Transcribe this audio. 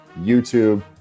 YouTube